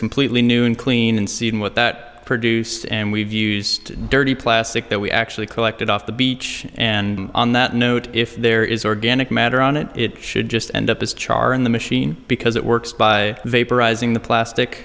completely new and clean and seeing what that produced and we've used dirty plastic that we actually collected off the beach and on that note if there is organic matter on it it should just end up as char in the machine because it works by vaporizing the plastic